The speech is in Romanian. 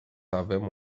avem